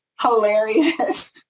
hilarious